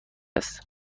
است